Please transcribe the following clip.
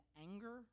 anger